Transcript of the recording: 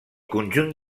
conjunt